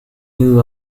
new